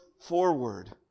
forward